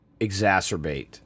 exacerbate